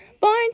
born